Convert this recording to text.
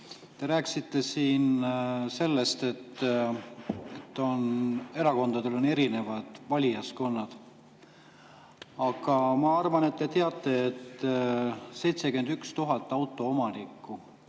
Te rääkisite siin sellest, et erakondadel on erinevad valijaskonnad. Aga ma arvan, et te teate, et 71 000 autoomanikku